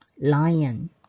lion